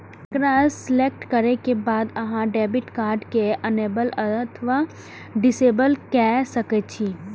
एकरा सेलेक्ट करै के बाद अहां डेबिट कार्ड कें इनेबल अथवा डिसेबल कए सकै छी